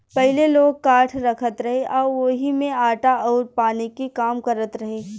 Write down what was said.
पहिले लोग काठ रखत रहे आ ओही में आटा अउर पानी के काम करत रहे